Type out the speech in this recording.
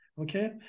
Okay